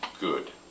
good